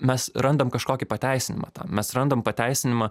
mes randam kažkokį pateisinimą tam mes randam pateisinimą